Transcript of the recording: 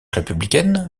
républicaine